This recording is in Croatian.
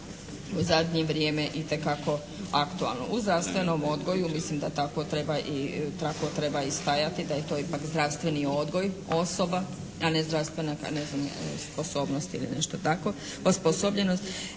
u zadnje vrijeme itekako aktualno. U zdravstvenom odgoju mislim da tako treba i stajati da je to ipak zdravstveni odgoj osoba, a ne zdravstvena sposobnost ili nešto tako osposobljeno.